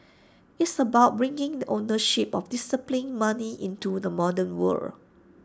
it's about bringing the ownership of disciplined money into the modern world